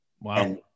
Wow